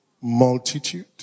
multitude